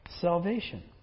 salvation